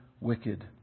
wicked